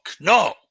No